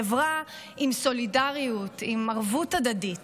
חברה עם סולידריות, עם ערבות הדדית.